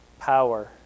power